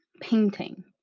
painting